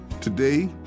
Today